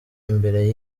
imbere